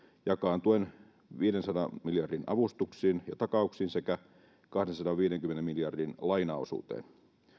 jakaantuen viidensadan miljardin avustuksiin ja takauksiin sekä kahdensadanviidenkymmenen miljardin lainaosuuteen